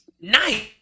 Nice